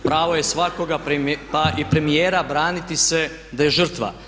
Pravo je svakoga pa i premijera braniti se da je žrtva.